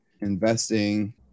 Investing